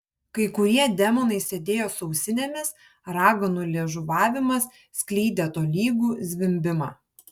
kai kurie demonai sėdėjo su ausinėmis raganų liežuvavimas skleidė tolygų zvimbimą